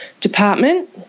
department